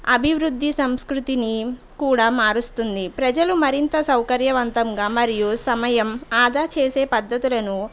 అభివృద్ది సంస్కృతిని కూడా మారుస్తుంది ప్రజలు మరింత సౌకర్యవంతంగా మరియు సమయం ఆదా చేసే పద్దతులను